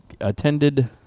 attended